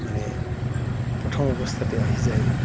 মানে প্ৰথম অৱস্থাতে আহি যায়